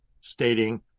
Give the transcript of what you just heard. stating